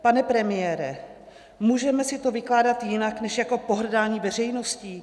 Pane premiére, můžeme si to vykládat jinak než jako pohrdání veřejností?